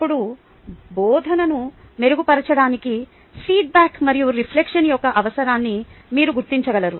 అప్పుడు బోధనను మెరుగుపరచడానికి ఫీడ్బ్యాక్ మరియు రిఫ్లెక్షన్ యొక్క అవసరాన్ని మీరు గుర్తించగలరు